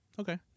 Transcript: okay